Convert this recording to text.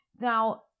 Now